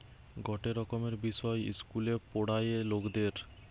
গটে রকমের বিষয় ইস্কুলে পোড়ায়ে লকদের